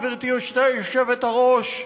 גברתי יושבת-הראש: